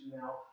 now